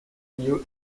new